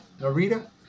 Narita